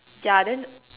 ya then